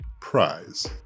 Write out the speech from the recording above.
Prize